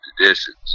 editions